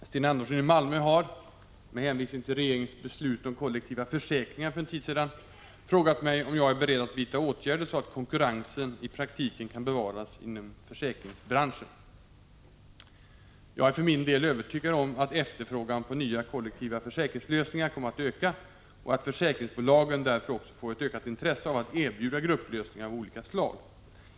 Fru talman! Sten Andersson i Malmö har — med hänvisning till regeringens beslut om kollektiva försäkringar för en tid sedan — frågat mig om jag är beredd att vidta åtgärder så att konkurrensen i praktiken kan bevaras inom försäkringsbranschen. Jag är för min del övertygad om att efterfrågan på nya kollektiva försäkringslösningar kommer att öka och att försäkringsbolagen därför också får ett ökat intresse av att erbjuda grupplösningar av olika slag.